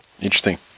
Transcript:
Interesting